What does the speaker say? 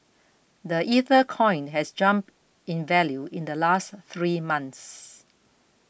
the Ether coin has jumped in value in the last three months